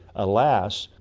alas,